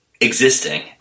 existing